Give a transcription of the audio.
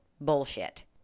bullshit